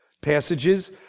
Passages